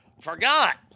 forgot